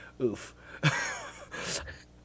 Oof